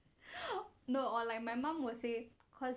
you know or like my mum will say cause